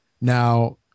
now